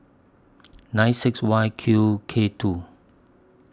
nine six Y Q K two